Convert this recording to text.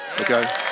okay